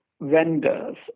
vendors